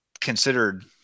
considered